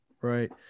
Right